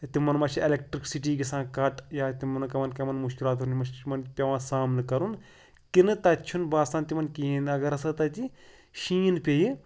تِمَن ما چھِ اٮ۪لیکٹِرٛکسِٹی گژھان کَٹ یا تِمَن کَمَن کَمَن مُشکِلاتَن یِم چھِ تِمَن پٮ۪وان سامنہٕ کَرُن کِنہٕ تَتہِ چھُنہٕ باسان تِمَن کِہیٖنۍ اگر ہَسا تَتہِ شیٖن پیٚیہِ